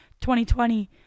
2020